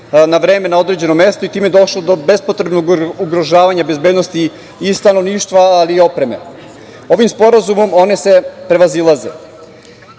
na vreme na određeno mesto i time je došlo do bespotrebnog ugrožavanja bezbednosti i stanovništva, ali i opreme. Ovim sporazumom one se prevazilaze. Inače,